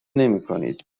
نمیکنید